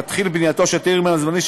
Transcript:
תתחיל בנייתו של הטרמינל הזמני,